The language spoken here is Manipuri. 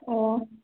ꯑꯣ